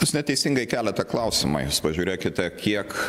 jūs neteisingai keliate klausimą jūs pažiūrėkite kiek